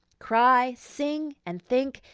cry, sing, and think,